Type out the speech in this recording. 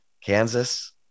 Kansas